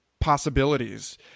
possibilities